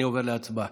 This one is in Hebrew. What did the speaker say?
אני עובר להצבעה.